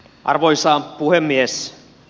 arvoisa puhemies